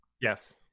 Yes